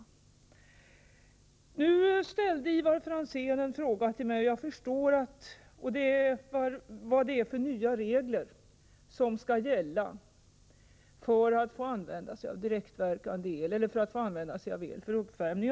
Ivar Franzén ställde en fråga till mig om vad det är för nya regler som skall gälla för att man skall få använda sig av el för uppvärmning.